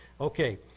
Okay